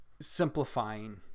simplifying